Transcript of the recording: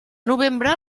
novembre